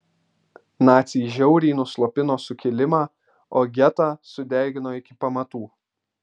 naciai žiauriai nuslopino sukilimą o getą sudegino iki pamatų